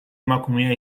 emakumea